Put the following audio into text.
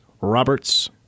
Roberts